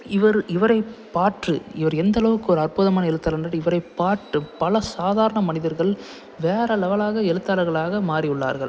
இவர் இவரை பாற்று இவர் எந்தளவுக்கு ஒரு அற்புதமான எழுத்தாளர் என்று இவரை பாற்று பல சாதாரண மனிதர்கள் வேற லெவலாக எழுத்தாளர்களாக மாறியுள்ளார்கள்